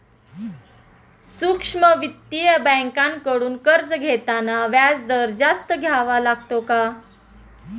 सूक्ष्म वित्तीय बँकांकडून कर्ज घेताना व्याजदर जास्त द्यावा लागतो का?